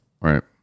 Right